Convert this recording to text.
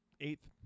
eighth